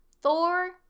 Thor